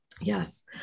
Yes